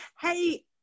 Hey